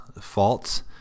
faults